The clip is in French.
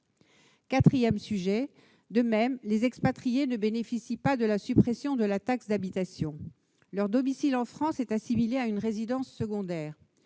atteint ... De même, les expatriés ne bénéficient pas de la suppression de la taxe d'habitation. Leur domicile en France est assimilé à une résidence secondaire.